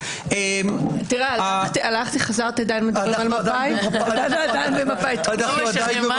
אם תתממש התחזית שמביאים כאן ראשי הערים והתקנות כמו שהן,